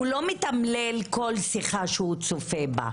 הוא לא מתמלל כל שיחה שהוא צופה בה.